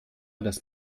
das